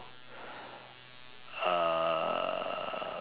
um